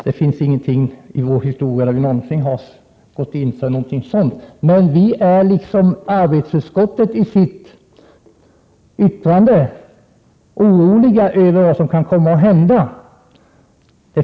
Aldrig i vår historia har vi gått in för någonting sådant. Men i likhet med arbetsutskottet i dess yttrande är vi litet oroliga över vad som kan komma att hända.